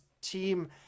team